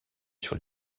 sur